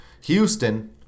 Houston